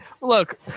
look